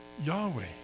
Yahweh